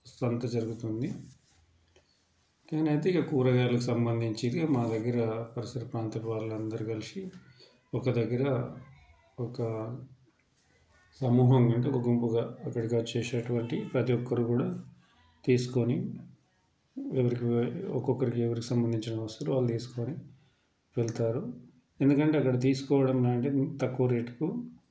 సంత జరుగుతుంది కానీ అయితే ఈ కూరగాయలకు సంబంధించి మా దగ్గర పరిసర ప్రాంతపు వాళ్ళు అందరూ కలిసి ఒక దగ్గర ఒక సమూహంగా అంటే ఒక గుంపుగా అక్కడకు వచ్చేసినటువంటి ప్రతి ఒక్కరు కూడా తీసుకొని ఎవరికివారు ఒక్కొక్కరికి ఎవరికి సంబంధించిన వస్తువులు వారు తీసుకొని వెళ్తారు ఎందుకంటే అక్కడ తీసుకోవడం అంటూ తక్కువ రేట్కి